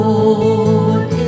Lord